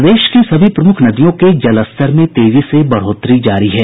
प्रदेश की सभी प्रमुख नदियों के जलस्तर में तेजी से बढ़ोतरी जारी है